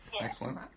Excellent